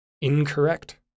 incorrect